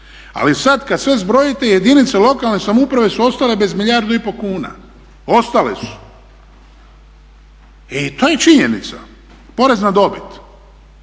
Ali sad kad sve zbrojite jedinice lokalne samouprave su ostale bez milijardu i pol kuna, ostale su. I to je činjenica. Porez na dobit.